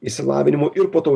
išsilavinimu ir po to